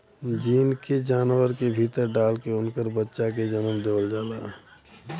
gene के जानवर के भीतर डाल के उनकर बच्चा के जनम देवल जाला